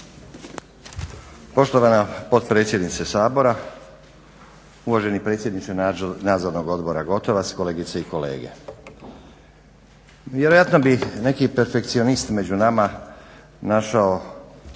Poštovana potpredsjednice Sabora, uvaženi predsjedniče nadzornog odbora Gotovac, kolegice i kolege. Vjerojatno bi neki perfekcionist među nama našao